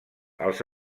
els